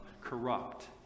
corrupt